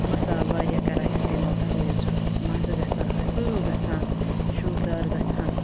مَصالہٕ واریاہ کَران استعمال تَوَے حظ چھُ اَتھ مَزٕ گژھان اَصٕل گژھان شوٗبدار گژھان